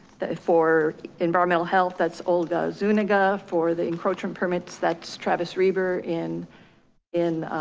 that for environmental health, that's olga zuniga. for the encroachment permits, that's travis river in in